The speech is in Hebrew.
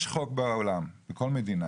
יש חוק בעולם, בכל מדינה